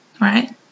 Right